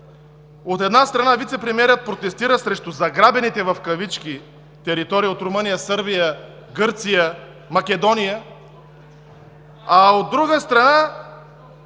От една страна, вицепремиерът протестира срещу „заграбените“ територии от Румъния, Сърбия, Гърция, Македония, а, от друга страна,